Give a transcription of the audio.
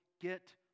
get